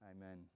Amen